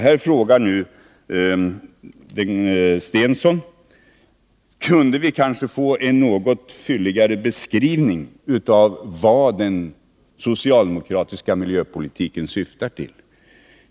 Nu frågar Börje Stensson om han kan få en något fylligare beskrivning av vad den socialdemokratiska miljöpolitiken syftar till.